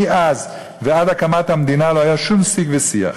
מאז ועד הקמת המדינה לא היה שום שיג ושיח.